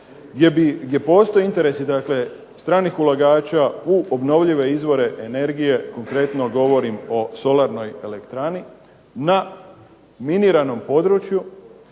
gdje postoje interesi stranih ulagača u obnovljive izvore energije. Konkretno, govorim o solarnoj elektrani na miniranom području,